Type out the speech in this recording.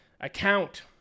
account